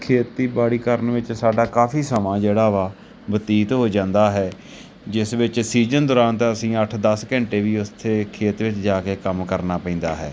ਖੇਤੀਬਾੜੀ ਕਰਨ ਵਿੱਚ ਸਾਡਾ ਕਾਫ਼ੀ ਸਮਾਂ ਜਿਹੜਾ ਵਾ ਬਤੀਤ ਹੋ ਜਾਂਦਾ ਹੈ ਜਿਸ ਵਿੱਚ ਸੀਜ਼ਨ ਦੌਰਾਨ ਤਾਂ ਅਸੀਂ ਅੱਠ ਦਸ ਘੰਟੇ ਵੀ ਉੱਥੇ ਖੇਤ ਵਿੱਚ ਜਾ ਕੇ ਕੰਮ ਕਰਨਾ ਪੈਂਦਾ ਹੈ